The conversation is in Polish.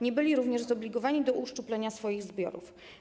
Nie byli również zobligowani do uszczuplenia swoich zbiorów.